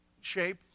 shape